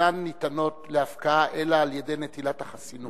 שאינן ניתנות להפקעה אלא על-ידי נטילת החסינות.